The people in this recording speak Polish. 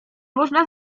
można